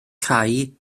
cau